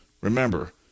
Remember